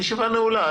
הישיבה נעולה.